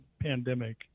pandemic